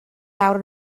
awr